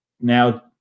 Now